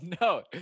no